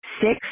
six